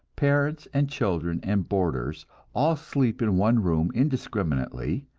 parents and children and boarders all sleep in one room indiscriminately,